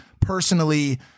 personally